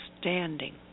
standing